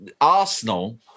Arsenal